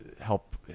help